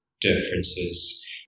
differences